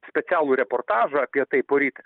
specialų reportažą apie tai poryt